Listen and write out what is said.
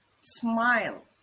Smile